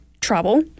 trouble